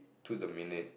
to the minute